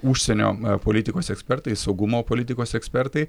užsienio politikos ekspertai saugumo politikos ekspertai